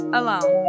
alone